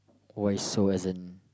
voice so as in